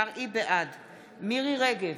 בעד מירי מרים רגב,